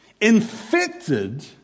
infected